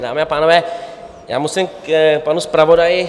Dámy a pánové, já musím k panu zpravodaji.